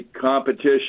competition